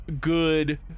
good